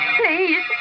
please